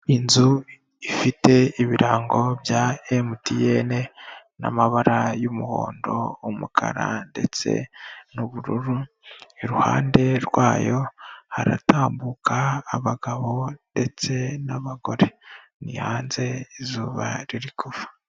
Inzu ifite ibirango bya MTN n'amabara y'umuhondo, umukara ndetse n'ubururu, iruhande rwayo haratambuka abagabo ndetse n'abagore. Ni hanze izuba riri kuva.